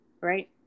Right